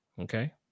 okay